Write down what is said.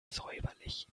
feinsäuberlich